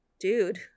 Dude